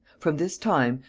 from this time,